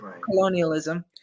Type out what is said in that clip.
Colonialism